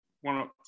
One